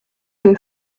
they